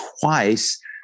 twice